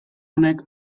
honek